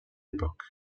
époque